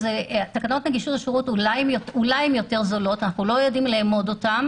תקנות נגישות השירות הן אולי יותר זולות אנחנו לא יודעים לאמוד אותן